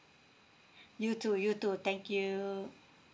you too you too thank you